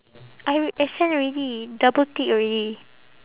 I I send already double tick already